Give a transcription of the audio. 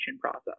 process